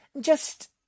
Just—